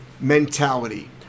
mentality